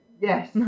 Yes